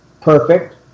perfect